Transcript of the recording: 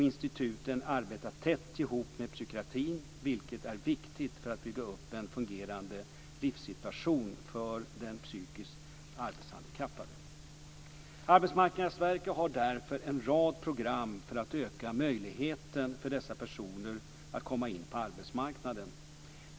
Instituten arbetar tätt ihop med psykiatrin, vilket är viktigt för att bygga upp en fungerande livssituation för den psykiskt arbetshandikappade. Arbetsmarknadsverket har därför en rad program för att öka möjligheten för dessa personer att komma in på arbetsmarknaden.